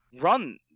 run